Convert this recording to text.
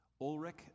Ulrich